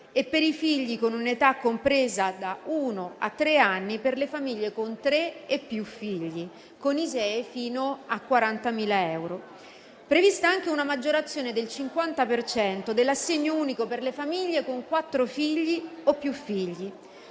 e, per i figli con un'età compresa da uno a tre anni, per le famiglie con tre e più figli con ISEE fino a 40.000 euro. È prevista anche una maggiorazione del 50 per cento dell'assegno unico per le famiglie con quattro o più figli.